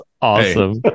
awesome